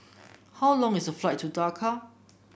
how long is the flight to Dakar